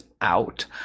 out